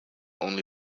only